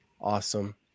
Awesome